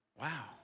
Wow